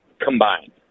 combined